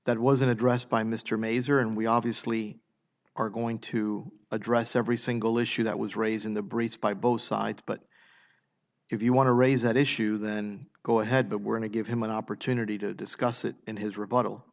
that wasn't addressed by mr maser and we obviously are going to address every single issue that was raised in the breeze by both sides but if you want to raise that issue then go ahead but we're going to give him an opportunity to discuss it in his r